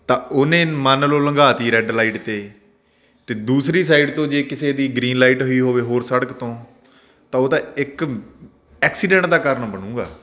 ਤਾਂ ਉਹਨੇ ਮੰਨ ਲਓ ਲੰਘਾ ਦਿੱਤੀ ਰੈਡ ਲਾਈਟ 'ਤੇ ਅਤੇ ਦੂਸਰੀ ਸਾਈਡ ਤੋਂ ਜੇ ਕਿਸੇ ਦੀ ਗ੍ਰੀਨ ਲਾਈਟ ਹੋਈ ਹੋਵੇ ਹੋਰ ਸੜਕ ਤੋਂ ਤਾਂ ਉਹ ਤਾਂ ਇੱਕ ਐਕਸੀਡੈਂਟ ਦਾ ਕਾਰਨ ਬਣੂਗਾ